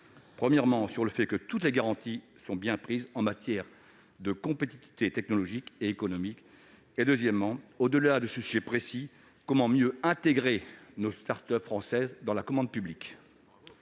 premièrement, sur le fait que toutes les garanties sont bien prises en matière de compétitivité technologique et économique ; deuxièmement, au-delà de ce sujet précis, sur la façon de mieux prendre en compte les start-up françaises dans la commande publique.